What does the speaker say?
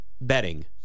betting